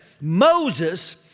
Moses